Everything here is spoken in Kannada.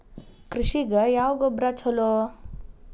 ಕೃಷಿಗ ಯಾವ ಗೊಬ್ರಾ ಛಲೋ?